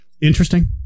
Interesting